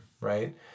right